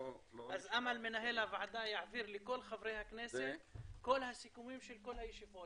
עמאל מנהל הוועדה יעביר לכל חברי הכנסת את כל הסיכומים של כל הישיבות,